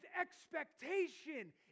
expectation